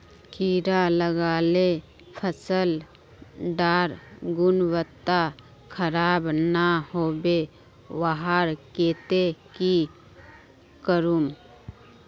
कीड़ा लगाले फसल डार गुणवत्ता खराब ना होबे वहार केते की करूम?